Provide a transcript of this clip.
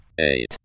eight